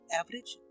average